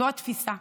זו התפיסה,